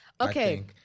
Okay